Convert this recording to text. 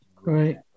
right